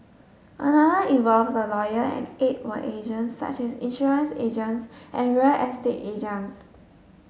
another involves a lawyer and eight were agents such as insurance agents and real estate agents